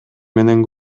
менен